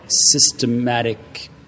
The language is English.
systematic